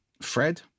Fred